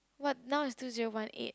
but now is two zero one eight